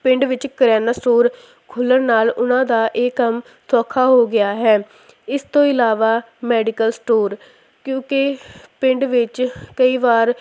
ਪਿੰਡ ਵਿੱਚ ਕਰਿਆਨਾ ਸਟੋਰ ਖੁੱਲ੍ਹਣ ਨਾਲ ਉਹਨਾਂ ਦਾ ਇਹ ਕੰਮ ਸੌਖਾ ਹੋ ਗਿਆ ਹੈ ਇਸ ਤੋਂ ਇਲਾਵਾ ਮੈਡੀਕਲ ਸਟੋਰ ਕਿਉਂਕਿ ਪਿੰਡ ਵਿੱਚ ਕਈ ਵਾਰ